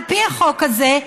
על פי החוק הזה,